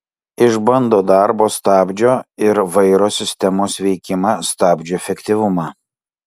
išbando darbo stabdžio ir vairo sistemos veikimą stabdžių efektyvumą